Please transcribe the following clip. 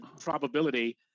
probability